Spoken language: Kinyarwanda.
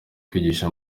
kwigisha